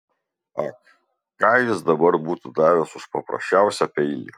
ak ką jis dabar būtų davęs už paprasčiausią peilį